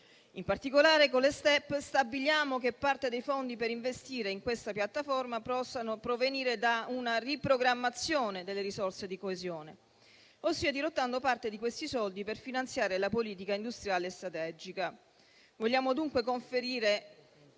In particolare, con le STEP stabiliamo che parte dei fondi da investire in questa piattaforma possano provenire da una riprogrammazione delle risorse di coesione, ossia dirottando parte di questi soldi per finanziare la politica industriale e strategica.